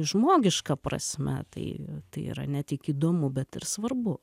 žmogiška prasme tai yra ne tik įdomu bet ir svarbu